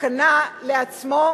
סכנה לעצמו,